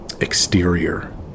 exterior